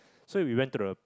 so we went to the